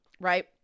right